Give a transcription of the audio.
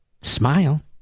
Smile